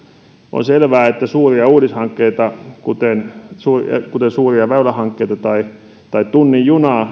on selvää että suuria uudishankkeita kuten kuten suuria väylähankkeita tai esimerkiksi tunnin junaa